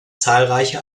zahlreiche